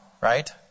right